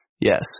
Yes